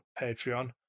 Patreon